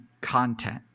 content